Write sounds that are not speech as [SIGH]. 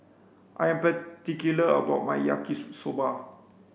I am particular about my Yaki [UNINTELLIGIBLE] soba